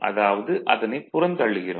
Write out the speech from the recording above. அதாவது அதனைப் புறந்தள்ளுகிறோம்